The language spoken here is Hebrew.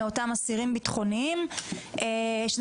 בואו.